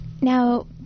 Now